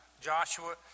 Joshua